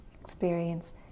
experience